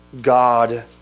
God